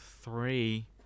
Three